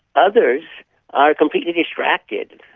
others are completely distracted.